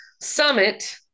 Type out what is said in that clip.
Summit